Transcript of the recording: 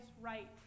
right